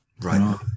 right